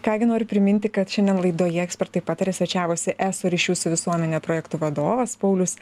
ką gi noriu priminti kad šiandien laidoje ekspertai pataria svečiavosi eso ryšių su visuomene projektų vadovas paulius